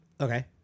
Okay